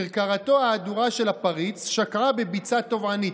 כרכרתו ההדורה של הפריץ שקעה בביצה טובענית,